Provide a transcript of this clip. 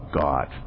God